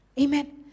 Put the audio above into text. Amen